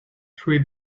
three